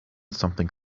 something